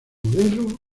modelo